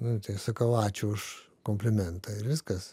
nu tai sakau ačiū už komplimentą ir viskas